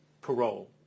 parole